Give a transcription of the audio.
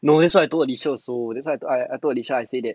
no that's what I told alysha also I told alysha say that